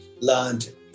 learned